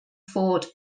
fort